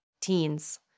teens